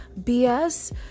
BS